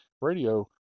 radio